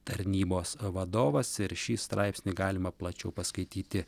tarnybos vadovas ir šį straipsnį galima plačiau paskaityti